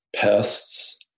pests